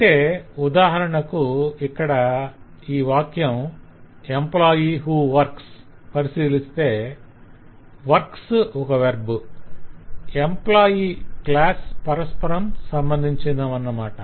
అంటే ఉదాహరణకు ఇక్కడ ఈ వాక్యం 'employee who works' పరిశీలిస్తే 'work' వెర్బ్ 'employee' క్లాసు పరస్పరం సంబంధించినవనమాట